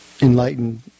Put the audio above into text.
enlightened